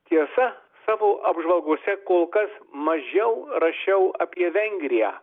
tiesa savo apžvalgose kol kas mažiau rašiau apie vengriją